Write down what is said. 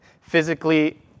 physically